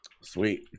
Sweet